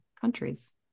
countries